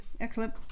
excellent